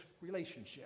relationship